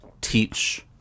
teach